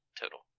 Total